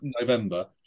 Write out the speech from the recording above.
November